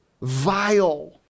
vile